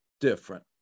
different